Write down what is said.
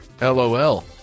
lol